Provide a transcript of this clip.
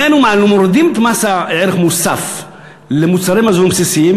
אם היינו מורידים את מס הערך המוסף על מוצרי מזון בסיסיים,